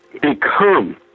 become